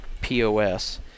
POS